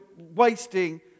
wasting